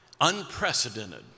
unprecedented